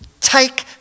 take